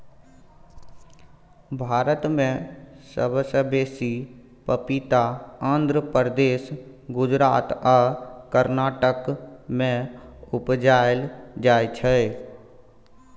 भारत मे सबसँ बेसी पपीता आंध्र प्रदेश, गुजरात आ कर्नाटक मे उपजाएल जाइ छै